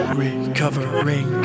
recovering